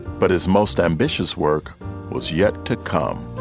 but his most ambitious work was yet to come.